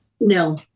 No